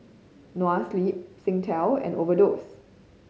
Noa Sleep Singtel and Overdose